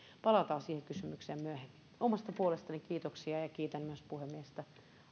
palataan siihen kysymykseen myöhemmin omasta puolestani kiitoksia ja ja kiitän myös puhemiestä